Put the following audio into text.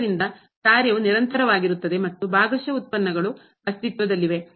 ಆದ್ದರಿಂದ ಕಾರ್ಯವು ನಿರಂತರವಾಗಿರುತ್ತದೆ ಮತ್ತು ಭಾಗಶಃ ಉತ್ಪನ್ನಗಳು ಅಸ್ತಿತ್ವದಲ್ಲಿವೆ